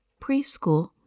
preschool